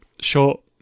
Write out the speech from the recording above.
Short